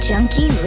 Junkie